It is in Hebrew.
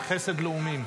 חסד לאומים.